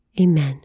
Amen